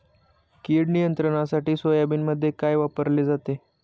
कीड नियंत्रणासाठी सोयाबीनमध्ये काय वापरले जाते?